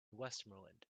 westmoreland